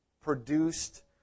produced